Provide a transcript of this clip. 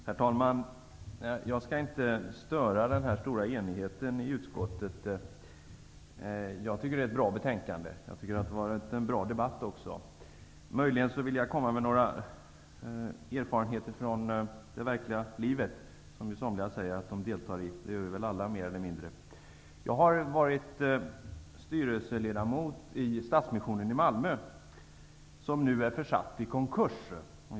Herr talman! Jag skall inte störa denna stora enighet i utskottet. Jag tycker att betänkandet är bra. Jag tycker också att det har varit en bra debatt. Jag vill möjligen framföra några erfarenheter från det verkliga livet, som somliga säger att de deltar i, men det gör vi väl alla mer eller mindre. Jag har varit styrelseledamot i Stadsmissionen i Malmö, som nu är försatt i konkurs.